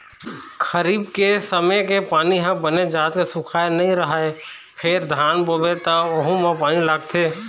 खरीफ के समे के पानी ह बने जात के सुखाए नइ रहय फेर धान बोबे त वहूँ म पानी लागथे